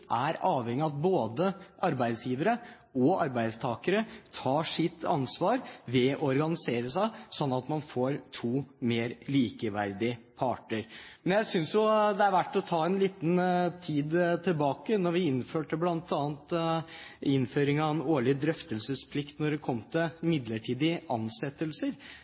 er avhengig av at både arbeidsgivere og arbeidstakere tar sitt ansvar ved å organisere seg, slik at man får to mer likeverdige parter. For en liten tid tilbake, da vi innførte bl.a. den årlige drøftelsesplikten i forbindelse med midlertidige ansettelser, var de borgerlige partiene imot og mente at dette ville være en